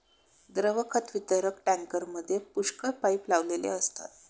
द्रव खत वितरक टँकरमध्ये पुष्कळ पाइप लावलेले असतात